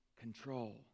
control